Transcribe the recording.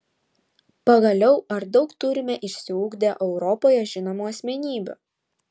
pagaliau ar daug turime išsiugdę europoje žinomų asmenybių